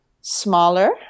smaller